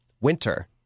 Winter